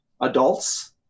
adults